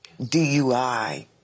DUI